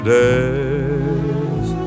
days